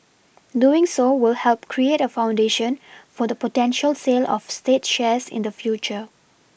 doing so will help create a foundation for the potential sale of state shares in the future